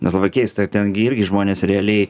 net labai keista ten irgi žmonės realiai